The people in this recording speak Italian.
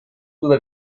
dove